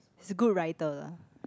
he's a good writer lah